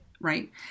right